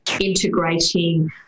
integrating